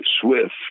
Swift